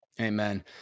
Amen